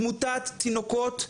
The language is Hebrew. תמותת תינוקות,